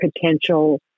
potential